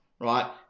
right